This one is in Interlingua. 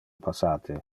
passate